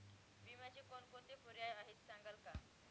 विम्याचे कोणकोणते पर्याय आहेत सांगाल का?